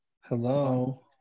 Hello